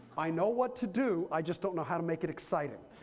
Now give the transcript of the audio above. i know what to do. i just don't know how to make it exciting.